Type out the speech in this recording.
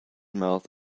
mouth